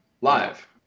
live